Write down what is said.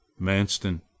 Manston